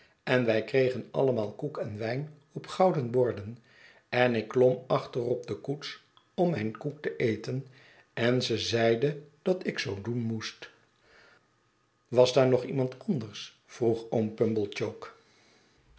en wij kregen allemaal koek en wijn op gouden borden en ik klom achter op de koets om mijn koek te eten en ze zeide dat ik zoo doen moest was daar nog iemand anders vroeg oom